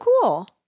cool